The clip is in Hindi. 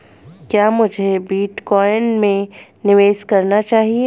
क्या मुझे बिटकॉइन में निवेश करना चाहिए?